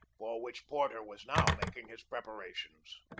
for which porter was now making his preparations.